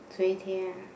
Zoey-Tay ah